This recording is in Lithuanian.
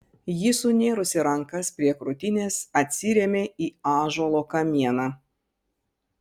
ji sunėrusi rankas prie krūtinės atsirėmė į ąžuolo kamieną